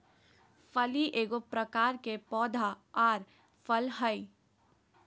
फली एगो प्रकार के पौधा आर फल हइ